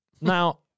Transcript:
Now